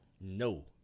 No